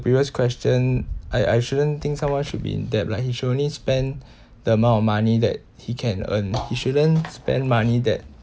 previous question I I shouldn't think someone should be in debt lah he should only spend the amount of money that he can earn you shouldn't spend money that